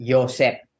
Joseph